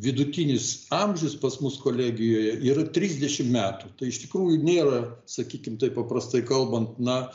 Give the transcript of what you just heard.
vidutinis amžius pas mus kolegijoje yra trisdešim metų tai iš tikrųjų nėra sakykim taip paprastai kalbant na